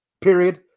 period